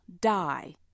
die